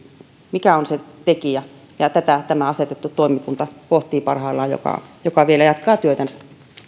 mikä on se tekijä ja tätä parhaillaan pohtii tämä asetettu toimikunta joka joka vielä jatkaa työtänsä